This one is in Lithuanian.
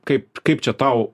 kaip kaip čia tau